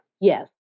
Yes